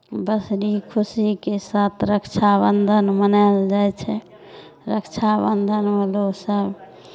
खुशीके साथ रक्षाबन्धन मनायल जाइ छै रक्षाबन्धनमे लोकसभ